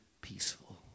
peaceful